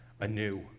anew